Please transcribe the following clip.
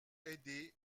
aidés